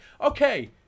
okay